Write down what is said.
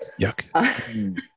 Yuck